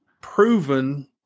proven